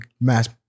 mass